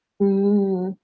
mm